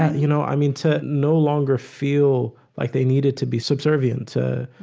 you know, i mean to no longer feel like they needed to be subservient to